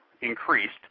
increased